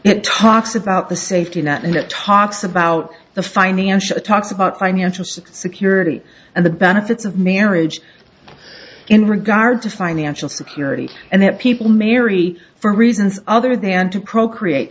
it talks about the safety net and it talks about the financial talks about financial success security and the benefits of marriage in regard to financial security and that people marry for reasons other than to procreate